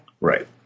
Right